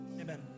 Amen